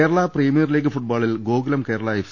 Kerala premier league ഫുട്ബോളിൽ Gokulam Kerala F